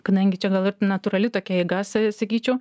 kadangi čia gal ir natūrali tokia eiga sakyčiau